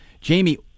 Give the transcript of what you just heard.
Jamie